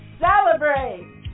celebrate